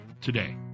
today